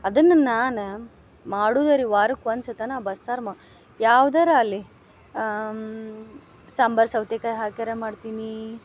ಅದನ್ನ ನಾನು ಮಾಡುದಾರಿ ವಾರಕ್ಕೆ ಒನ್ಸತೆನ ಬಸ್ಸಾರು ಮಾ ಯಾವ್ದಾರ ಆಯ್ಲಿ ಸಾಂಬರ್ ಸೌತೆಕಾಯಿ ಹಾಕಿಯಾರ ಮಾಡ್ತೀನಿ